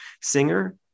singer